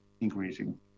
increasing